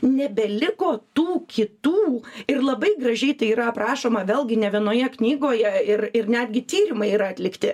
nebeliko tų kitų ir labai gražiai tai yra aprašoma vėlgi ne vienoje knygoje ir ir netgi tyrimai yra atlikti